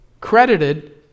credited